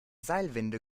seilwinde